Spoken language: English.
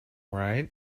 right